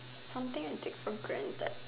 something I take for granted